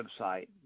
website